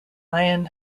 ion